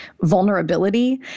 vulnerability